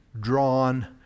drawn